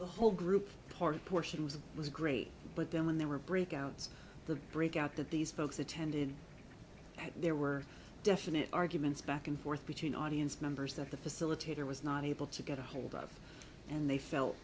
the whole group portion was was great but then when they were breakouts the breakout that these folks attended there were definite arguments back and forth between audience members of the facilitator was not able to get ahold of and they felt